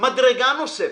מדרגה נוספת.